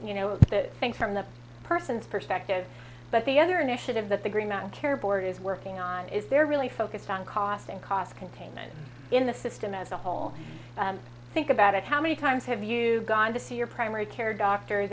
you know that thanks from the person's perspective but the other initiative that the green care board is working on is they're really focused on cost and cost containment in the system as a whole and think about how many times have you gone to see your primary care doctor